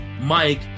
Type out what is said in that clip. Mike